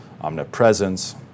omnipresence